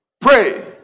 pray